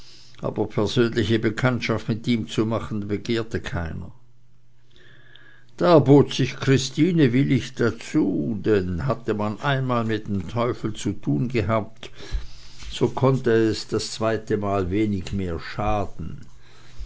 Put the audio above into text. aber persönliche bekanntschaft mit ihm zu machen begehrte keiner da erbot sich christine willig dazu denn hatte man einmal mit dem teufel zu tun gehabt so konnte es das zweitemal wenig mehr schaden